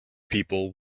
people